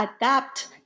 adapt